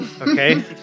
okay